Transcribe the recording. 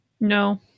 No